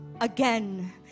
again